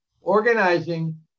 organizing